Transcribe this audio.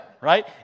Right